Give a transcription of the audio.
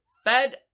Fed